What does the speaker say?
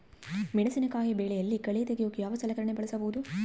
ಮೆಣಸಿನಕಾಯಿ ಬೆಳೆಯಲ್ಲಿ ಕಳೆ ತೆಗಿಯೋಕೆ ಯಾವ ಸಲಕರಣೆ ಬಳಸಬಹುದು?